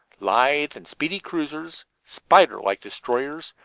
lithe and speedy cruisers, spider-like destroyers,